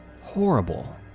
horrible